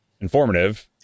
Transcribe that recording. informative